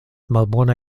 malbona